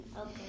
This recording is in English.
Okay